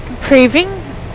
craving